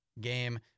game